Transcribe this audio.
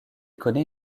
connaît